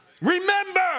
Remember